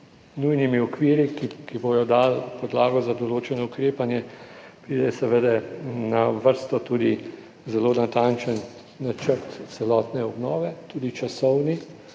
nujnimi okviri, ki bodo dali podlago za določeno ukrepanje, pride seveda na vrsto tudi zelo natančen načrt celotne obnove, tudi časovni,